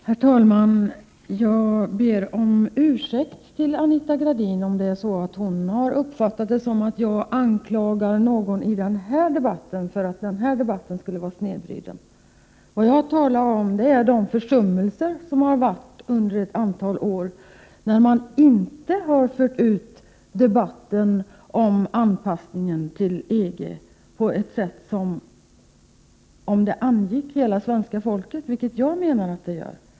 Herr talman! Jag ber Anita Gradin om ursäkt, om hon har uppfattat det så att jag anklagar någon här för att denna debatt skulle vara snedvriden. Vad jag talar om är de försummelser som har gjorts under ett antal år, när debatten om anpassningen till EG inte har förts ut som om den angick hela svenska folket, vilket jag anser att den gör.